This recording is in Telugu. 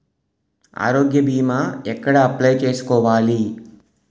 ఆరోగ్య భీమా ఎక్కడ అప్లయ్ చేసుకోవాలి?